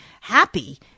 happy